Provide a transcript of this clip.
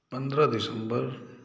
पन्द्रह दिसम्बर